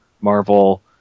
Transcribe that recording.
Marvel